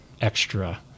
extra